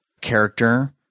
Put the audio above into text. character